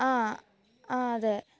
ആഹ് ആഹ് അതെ